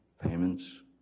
payments